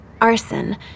Arson